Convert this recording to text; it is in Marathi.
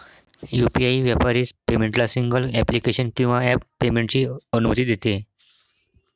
यू.पी.आई व्यापारी पेमेंटला सिंगल ॲप्लिकेशन किंवा ॲप पेमेंटची अनुमती देते